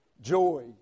joy